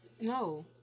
No